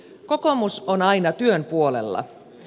kokoomus on aina työn puolella